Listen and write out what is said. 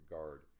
Guard